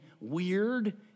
weird